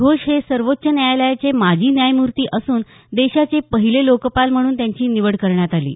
घोष हे सर्वोच्च न्यायालयाचे माजी न्यायमूर्ती असून देशाचे पहिले लोकपाल म्हणून त्यांची निवड करण्यात आली आहे